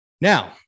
Now